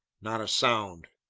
not a sound.